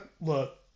Look